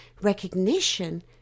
recognition